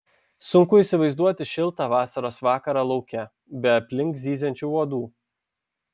sunku įsivaizduoti šiltą vasaros vakarą lauke be aplink zyziančių uodų